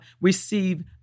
receive